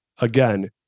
again